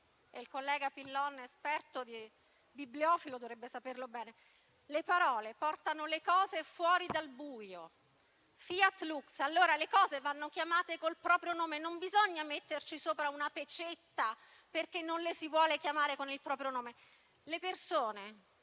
del collega Pillon - da esperto bibliofilo dovrebbe saperlo bene - portano le cose fuori dal buio: *fiat lux*. Le cose vanno chiamate col proprio nome e non bisogna metterci sopra una pecetta perché non le si vuole chiamare con il proprio nome. Le persone